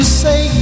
say